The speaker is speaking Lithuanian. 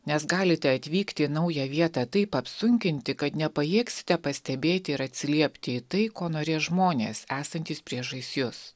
nes galite atvykti į naują vietą taip apsunkinti kad nepajėgsite pastebėti ir atsiliepti į tai ko norės žmonės esantys priešais jus